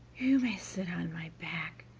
you may sit on my back,